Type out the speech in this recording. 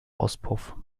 auspuff